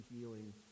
healing